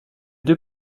deux